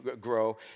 grow